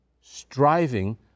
striving